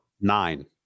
nine